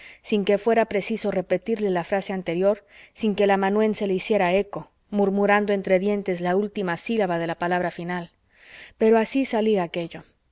sin que fuera preciso repetirle la frase anterior sin que el amanuense le hiciera eco murmurando entre dientes la última silaba de la palabra final pero así salía aquello